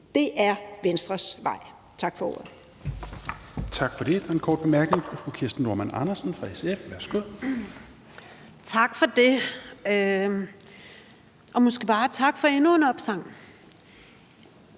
Det er Venstres vej. Tak for ordet.